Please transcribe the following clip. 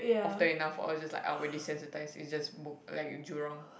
often enough or is just like I will desensitise is just book like Jurong